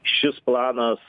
šis planas